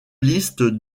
listes